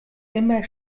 immer